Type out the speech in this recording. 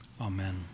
Amen